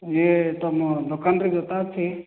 ଇଏ ତମ ଦୋକାନରେ ଜୋତା ଅଛି